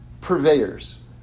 purveyors